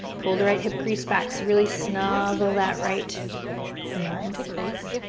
pull the right hip crease back. really snuggle that right femur into place.